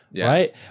right